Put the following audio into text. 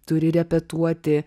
turi repetuoti